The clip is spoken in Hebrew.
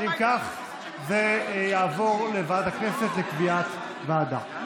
אם כך, זה יעבור לוועדת הכנסת לקביעת ועדה.